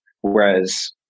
whereas